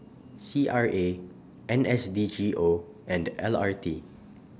C R A N S D G O and L R T